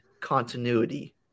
continuity